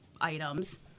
items